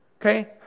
Okay